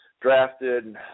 drafted